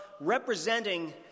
representing